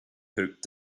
hoped